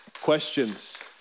Questions